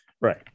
Right